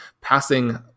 passing